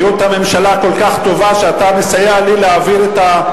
בריאות הממשלה כל כך טובה שאתה מסייע לי להעביר את,